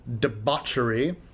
debauchery